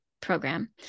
program